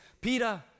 Peter